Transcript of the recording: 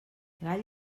gall